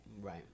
right